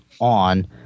on